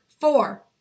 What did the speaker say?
four